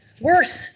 Worse